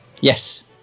Yes